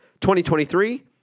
2023